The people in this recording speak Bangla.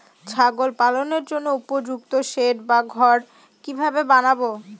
ছাগল পালনের জন্য উপযুক্ত সেড বা ঘর কিভাবে বানাবো?